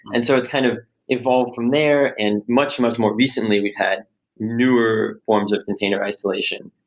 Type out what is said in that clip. and so it's kind of evolved from there. and much, much more recently, we've had newer forms of container isolation.